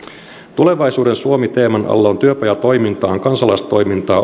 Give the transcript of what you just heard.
tulevaisuuden suomi teeman alla on työpajatoimintaan kansalaistoimintaan